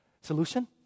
Solution